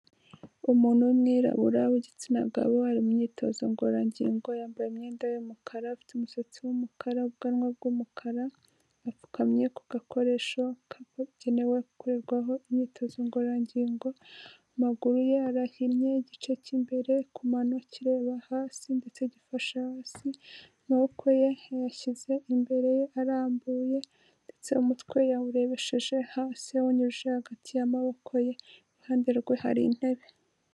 Umuntu w'umwirabura w'igitsina gabo ari mumyitozo ngororangingo yambaye imyenda y'umukara afite umusatsi w'umukara, ubwanwa bw'umukara, yapfukamye ku gakoresho kabugenewe kuregwaho imyitozo ngororangingo, amaguru ye arahinnye igice cy'imbere kumano kireba hasi ndetse gifashe hasi, amaboko ye yayashyize imbere ye arambuye, ndetse umutwe yawurebesheje hasi awunyujije hagati y'amaboko ye iruhande rwe hari intebe.